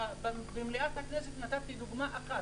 במליאת הכנסת נתתי דוגמא אחת,